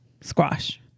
squash